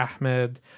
Ahmed